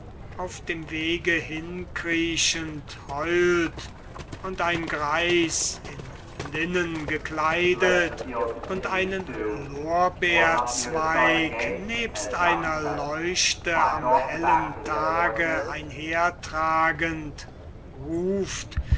auf dem wege hin kriechend heult und ein greis in linnen gekleidet und einen lorbeerzweig nebst einer leuchte am hellen tage einhertragend ruft